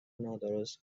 نادرست